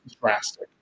drastic